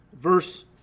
verse